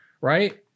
right